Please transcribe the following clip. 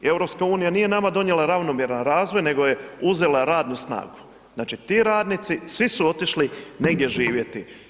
EU nije nama donijela ravnomjeran razvoj nego je uzela radnu snagu, znači ti radnici svi su otišli negdje živjeti.